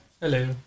Hello